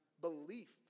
belief